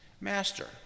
Master